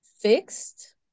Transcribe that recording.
fixed